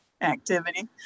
activity